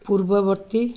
ପୂର୍ବବର୍ତ୍ତୀ